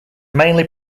mainly